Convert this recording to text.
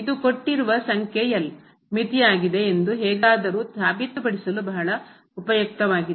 ಇದು ಕೊಟ್ಟಿರುವ ಸಂಖ್ಯೆ L ಮಿತಿಯಾಗಿದೆ ಎಂದು ಹೇಗಾದರೂ ಸಾಬೀತುಪಡಿಸಲು ಬಹಳ ಉಪಯುಕ್ತವಾಗಿದೆ